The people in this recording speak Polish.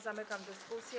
Zamykam dyskusję.